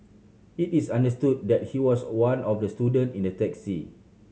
it is understood that he was one of the student in the taxi